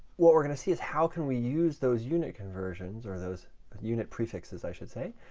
what we're going to see is how can we use those unit conversions or those unit prefixes, i should say,